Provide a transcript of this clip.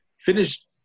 finished